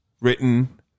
written